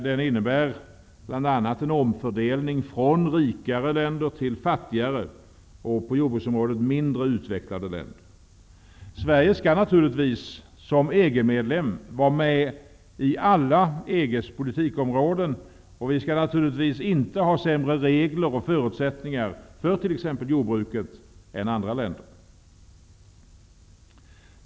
Den innebär bl.a. en omfördelning från rikare länder till fattigare och på jordbruksområdet mindre utvecklade länder. Sverige skall naturligtvis som EG-medlem vara med i alla EG:s politikområden. Vi skall naturligtvis inte ha sämre regler och förutsättningar för t.ex. jordbruket än andra länder.